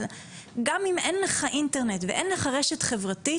אבל גם אם אין לך אינטרנט ואין לך רשת חברתית